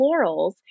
florals